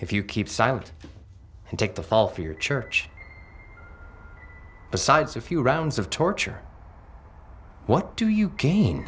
if you keep silent and take the fall for your church besides a few rounds of torture what do you gain